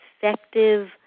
effective